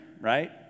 right